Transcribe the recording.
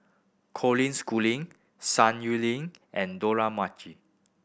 Colin Schooling Sun Yuling and Dollah Majid